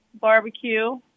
barbecue